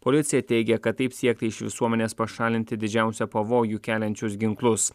policija teigia kad taip siekta iš visuomenės pašalinti didžiausią pavojų keliančius ginklus